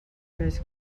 més